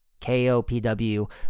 KOPW